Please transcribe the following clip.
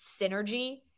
synergy